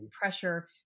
pressure